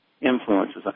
influences